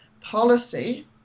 policy